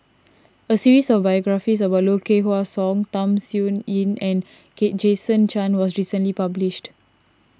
a series of biographies about Low Kway Hwa Song Tham Sien Yen and Kate Jason Chan was recently published